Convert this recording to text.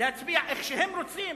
להצביע איך שהם רוצים?